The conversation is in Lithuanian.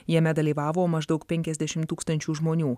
jame dalyvavo maždaug penkiasdešimt tūkstančių žmonių